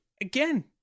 again